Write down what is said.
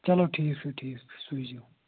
چلو ٹھیٖک چھُ ٹھیٖک سوٗزِو